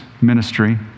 ministry